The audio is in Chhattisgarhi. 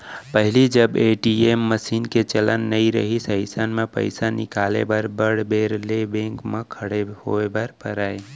पहिली जब ए.टी.एम मसीन के चलन नइ रहिस अइसन म पइसा निकाले बर बड़ बेर ले बेंक म खड़े होय बर परय